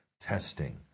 testing